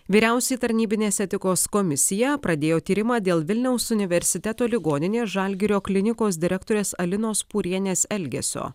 vyriausioji tarnybinės etikos komisija pradėjo tyrimą dėl vilniaus universiteto ligoninės žalgirio klinikos direktorės alinos pūrienės elgesio